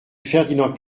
fernand